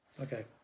Okay